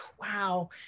Wow